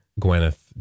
gwyneth